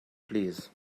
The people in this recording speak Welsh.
plîs